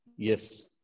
Yes